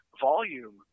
volume